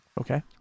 Okay